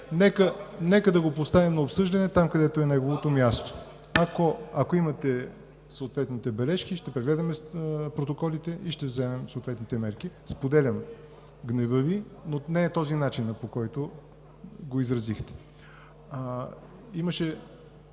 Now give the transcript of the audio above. нека да го поставим на обсъждане там, където е неговото място. Ако имате съответните бележки, ще прегледаме протоколите и ще вземем съответните мерки. Споделям гнева Ви, но не е този начинът, по който го изразихте.